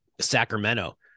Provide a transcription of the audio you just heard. sacramento